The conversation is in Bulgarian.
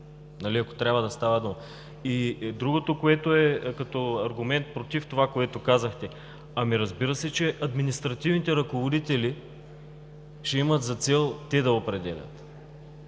има такова Общо събрание. Другото, което е като аргумент против това, което казахте, ами разбира се, че административните ръководители ще имат за цел те да определят.